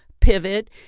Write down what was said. pivot